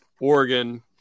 Oregon